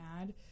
add